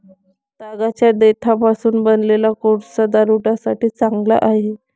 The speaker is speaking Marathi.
तागाच्या देठापासून बनवलेला कोळसा बारूदासाठी चांगला आहे